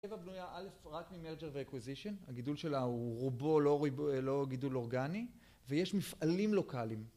לב הבנויה א' רק ממרג'ר ואקוויזיישן, הגידול שלה הוא רובו לא גידול אורגני ויש מפעלים לוקליים.